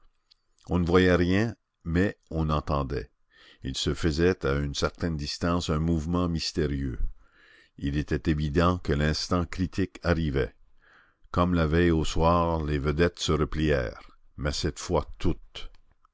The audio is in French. on ne voyait rien mais on entendait il se faisait à une certaine distance un mouvement mystérieux il était évident que l'instant critique arrivait comme la veille au soir les vedettes se replièrent mais cette fois toutes